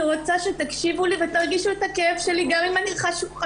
אני רוצה שתקשיבו לי ותרגישו את הכאב שלי גם אם לא רואים אותי.